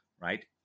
right